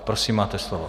Prosím, máte slovo.